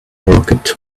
rocket